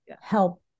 help